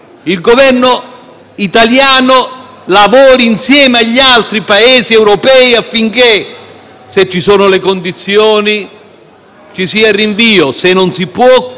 se ci sono le condizioni, ci sia il rinvio, se non si può completare entro il 29 marzo la Brexit.